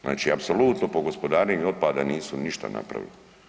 Znači apsolutno po gospodarenju otpada nisu ništa napravili.